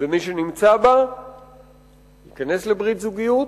ומי שנמצא בה ייכנס לברית זוגיות